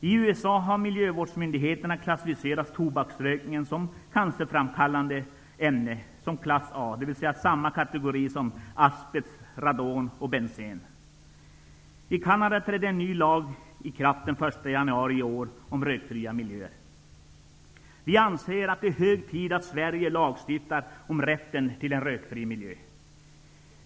I USA har miljövårdsmyndigheterna klassificerat tobaksrök som ett cancerframkallande ämne klass A, dvs. samma kategori som asbest, radon och bensen. I Canada trädde en ny lag i kraft den 1 januari i år om rökfria miljöer. Vi anser att det nu är hög tid att Sverige lagstiftar om rätten till en rökfri miljö.